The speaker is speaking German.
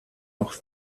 noch